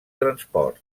transport